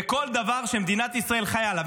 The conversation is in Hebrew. בכל דבר שמדינת ישראל חיה עליו?